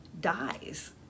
dies